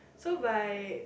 so by